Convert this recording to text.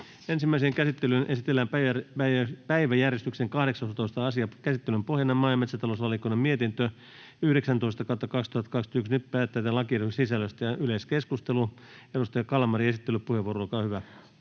Ensimmäiseen käsittelyyn esitellään päiväjärjestyksen 18. asia. Käsittelyn pohjana on maa- ja metsätalousvaliokunnan mietintö MmVM 19/2021 vp. Nyt päätetään lakiehdotuksen sisällöstä. — Yleiskeskustelu, edustaja Kalmari, esittelypuheenvuoro, olkaa hyvä.